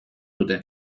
dute